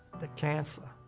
the cancer,